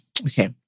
okay